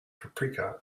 paprika